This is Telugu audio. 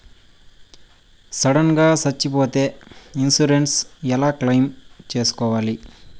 సడన్ గా సచ్చిపోతే ఇన్సూరెన్సు ఎలా క్లెయిమ్ సేసుకోవాలి?